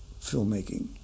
filmmaking